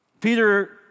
Peter